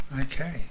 Okay